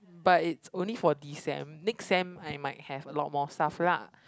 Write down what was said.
but it's only for this sem next sem I might have a lot of more stuff lah